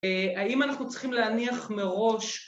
האם אנחנו צריכים להניח מראש